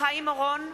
חיים אורון,